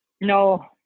No